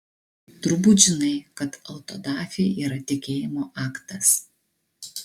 turbūt žinai kad autodafė yra tikėjimo aktas